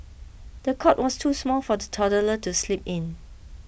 the cot was too small for the toddler to sleep in